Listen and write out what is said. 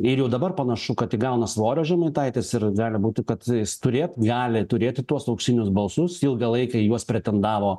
ir jau dabar panašu kad įgauna svorio žemaitaitis ir gali būti kad jis turėt gali turėti tuos auksinius balsus ilgą laiką į juos pretendavo